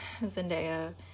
Zendaya